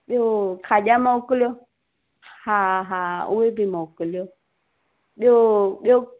ॿियो खाॼा मोकिलियो हा हा उहे बि मोकिलियो ॿियो ॿियो